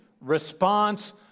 response